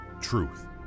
truth